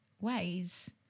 ways